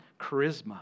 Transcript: charisma